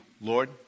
Lord